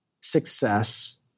success